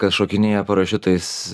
kas šokinėja parašiutais